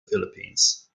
philippines